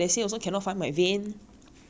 so it's not a problem of what